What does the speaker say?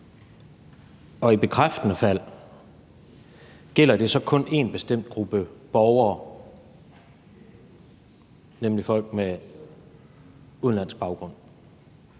I bekræftende fald: Gælder det så kun en bestemt gruppe borgere, nemlig folk med udenlandsk baggrund?